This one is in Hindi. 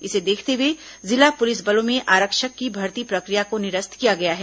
इसे देखते हए जिला पुलिस बल में आरक्षकों की भर्ती प्रक्रिया को निरस्त किया गया है